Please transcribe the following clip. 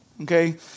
okay